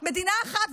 מדינה אחת,